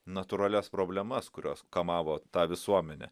natūralias problemas kurios kamavo tą visuomenę